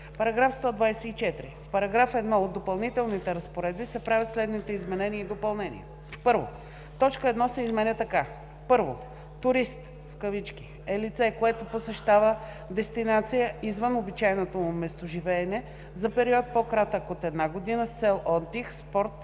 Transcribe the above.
124: „§ 124. В § 1 от допълнителните разпоредби се правят следните изменения и допълнения: 1. Точка 1 се изменя така: „1. „Турист“ е лице, което посещава дестинация извън обичайното му местоживеене за период, по-кратък от една година, с цел отдих, спорт,